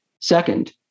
Second